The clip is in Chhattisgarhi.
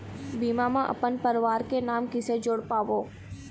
बीमा म अपन परवार के नाम किसे जोड़ पाबो?